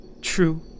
true